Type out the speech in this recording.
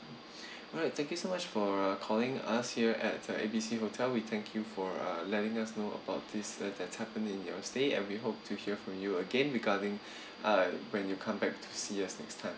alright thank you so much for calling us here at A B C hotel we thank you for letting us know about this uh that happened in your stay and we hope to hear from you again regarding uh when you come back to see us next time